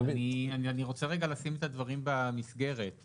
אני רוצה לשים את הדברים במסגרת.